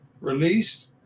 released